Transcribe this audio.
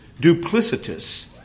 duplicitous